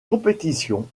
compétition